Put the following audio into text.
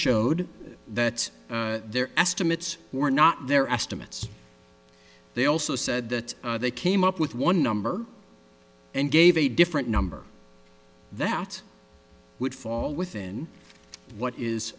showed that their estimates were not their estimates they also said that they came up with one number and gave a different number that would fall within what is